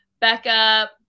Becca